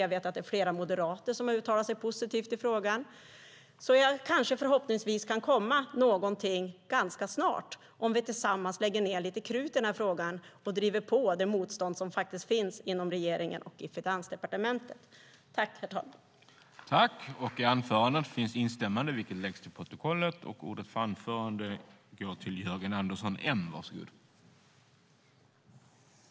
Jag vet att flera moderater har uttalat sig positivt i frågan. Det kanske kan komma något ganska snart om vi tillsammans lägger ned lite krut i den här frågan och driver undan det motstånd som finns inom regeringen och i Finansdepartementet. I detta anförande instämde Lena Olsson .